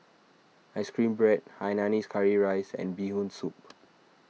Ice Cream Bread Hainanese Curry Rice and Bee Hoon Soup